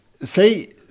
say